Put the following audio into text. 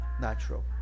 natural